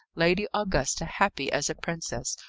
lady augusta happy as a princess,